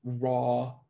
raw